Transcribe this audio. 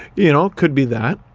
you know, could be that.